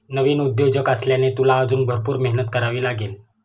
नवीन उद्योजक असल्याने, तुला अजून भरपूर मेहनत करावी लागेल